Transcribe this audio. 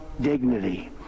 dignity